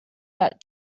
got